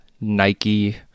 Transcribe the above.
nike